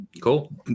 cool